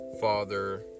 father